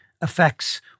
affects